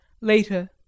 Later